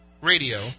radio